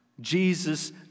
Jesus